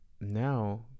now